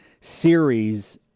series